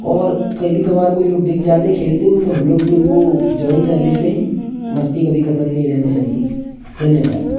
और कभी कबार कोई लोग दिख जाते हैं खेलते हुए तो हम लोग भी उनको जॉइन कर लेते हैं मस्ती कभी खत्म नहीं रहना चाहिए धन्यवाद